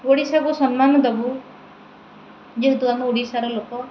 ଓଡ଼ିଶାକୁ ସମ୍ମାନ ଦେବୁ ଯେହେତୁ ଆମ ଓଡ଼ିଶାର ଲୋକ